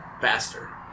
faster